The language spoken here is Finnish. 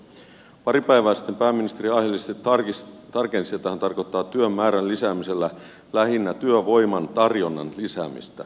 pari päivää sitten pääministeri aiheellisesti tarkensi että hän tarkoittaa työn määrän lisäämisellä lähinnä työvoiman tarjonnan lisäämistä